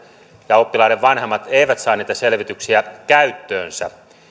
ja oppilaiden vanhemmat eivät saa niitä selvityksiä käyttöönsä